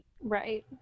Right